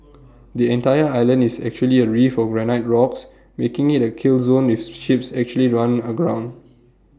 the entire island is actually A reef of granite rocks making IT A kill zone if ships actually run aground